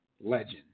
legend